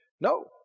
No